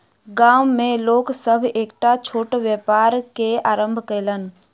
गाम में लोक सभ एकटा छोट व्यापार के आरम्भ कयलैन